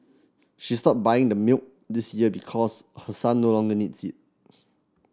she stopped buying the milk this year because her son no longer needs it